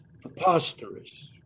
preposterous